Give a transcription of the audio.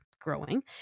growing